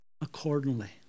accordingly